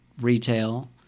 retail